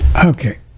Okay